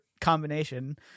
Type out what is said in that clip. combination